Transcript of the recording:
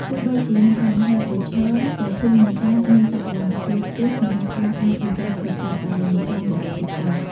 ទោះបីជាមានបញ្ហាប្រឈម ក៏ភូមិនេសាទមានសក្តានុពលខ្ពស់សម្រាប់ការអភិវឌ្ឍន៍ប្រកបដោយនិរន្តរភាពដែរ។